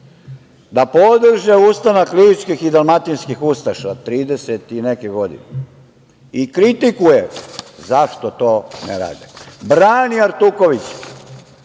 da podrže ustanak ličkih i dalmatinskih ustaša trideset i neke godine i kritikuje zašto to ne rade, brani Artuković.